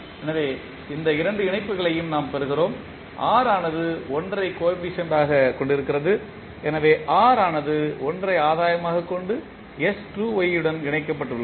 எனவே இந்த இரண்டு இணைப்புகளையும் நாம் பெறுகிறோம் r ஆனது 1 ஐ கோஎபிசியன்ட்க் கொண்டிருக்கிறது எனவே r ஆனது 1 ஐ ஆதாயமாகக் கொண்டு s2y உடன் இணைக்கப்பட்டுள்ளது